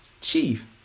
chief